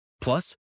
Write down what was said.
Plus